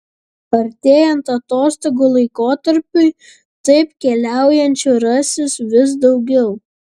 artėjant atostogų laikotarpiui taip keliaujančių rasis vis daugiau